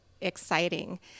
exciting